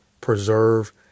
preserve